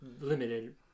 limited